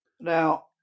now